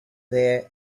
there